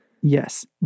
Yes